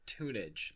tunage